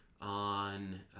on